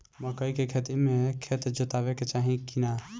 मकई के खेती मे खेत जोतावे के चाही किना?